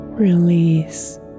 Release